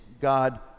God